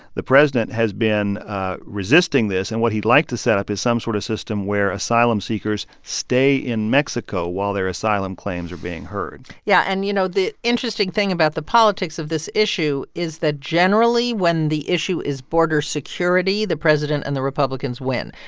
the president has been ah resisting this, and what he'd like to set up is some sort of system where asylum-seekers stay in mexico while their asylum claims are being heard yeah. and, you know, the interesting thing about the politics of this issue is that, generally, when the issue is border security, the president and the republicans win.